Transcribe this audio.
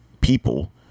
people